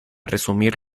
resumir